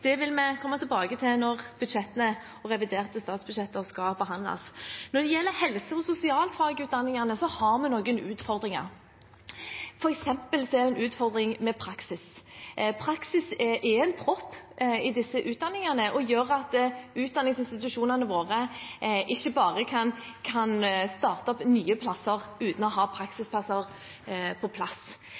vil komme i framtiden, vil vi komme tilbake til når budsjettene – og det reviderte statsbudsjettet – skal behandles. Når det gjelder helse- og sosialfagutdanningene, har vi noen utfordringer, f.eks. er det en utfordring med praksis. Praksis er en propp i disse utdanningene, og det gjør at utdanningsinstitusjonene våre ikke bare kan starte opp nye plasser uten å ha praksisplasser på plass.